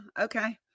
Okay